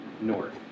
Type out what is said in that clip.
north